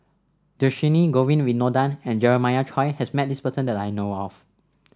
Dhershini Govin Winodan and Jeremiah Choy has met this person that I know of